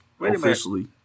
officially